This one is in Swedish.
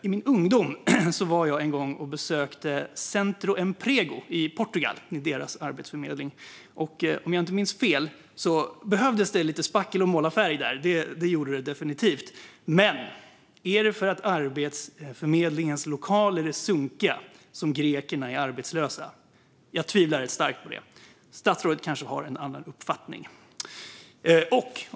I min ungdom var jag en gång och besökte Centro Emprego i Portugal, det vill säga Portugals arbetsförmedling. Om jag inte minns fel behövdes lite spackel och målarfärg, men är det för att arbetsförmedlingens lokaler är sunkiga som grekerna är arbetslösa? Jag tvivlar starkt på det. Statsrådet har kanske en annan uppfattning.